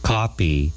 Copy